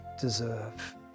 deserve